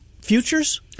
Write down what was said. Futures